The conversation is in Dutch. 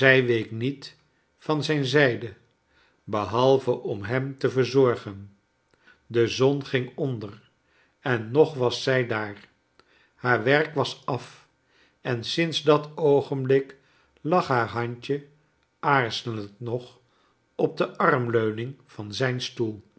week niet van zijn zijde behalve om hem te verzorgen de zon ging onder en nog was zij daar haar werk was af en sinds dat oogenblik lag haar handje aarzelend nog op de armleuning van zijn stock